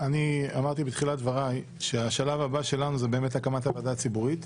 אמרתי בתחילת דבריי שהשלב הבא שלנו זה הקמת הוועדה הציבורית.